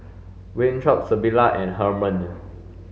Winthrop Sybilla and Hermon